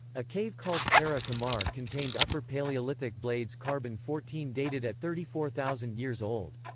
a cave called kara kamar contained upper paleolithic blades carbon fourteen dated at thirty four thousand years old.